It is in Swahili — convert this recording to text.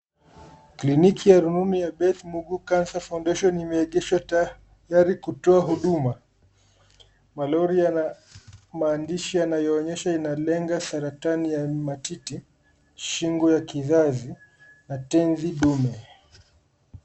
Kliniki ya rununu ya Beth Mungo cancer foundation imeengeshwa tayari kutoa huduma. Malori yana maandishi yanayoonyesha inalenga saratani ya matiti, shingo ya kizazi na tezi ndume.